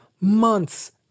months